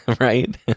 right